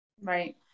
Right